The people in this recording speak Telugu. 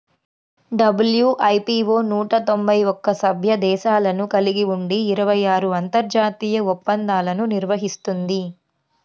డబ్ల్యూ.ఐ.పీ.వో నూట తొంభై ఒక్క సభ్య దేశాలను కలిగి ఉండి ఇరవై ఆరు అంతర్జాతీయ ఒప్పందాలను నిర్వహిస్తుంది